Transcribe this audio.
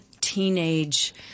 teenage